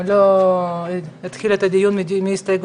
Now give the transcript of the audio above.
אבל זה אולי פתרון שהוא מאוד אקוטי כרגע,